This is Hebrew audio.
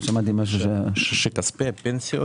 שכספי הפנסיות